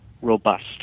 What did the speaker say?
robust